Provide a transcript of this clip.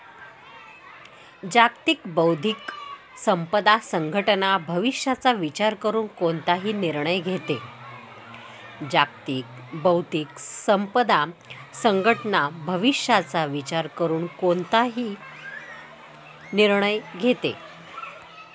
जागतिक बौद्धिक संपदा संघटना भविष्याचा विचार करून कोणताही निर्णय घेते